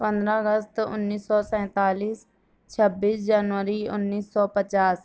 پندرہ اگست انیس سو سینتالیس چھبیس جنوری انیس سو پچاس